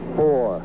four